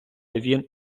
він